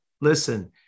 listen